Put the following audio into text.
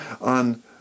on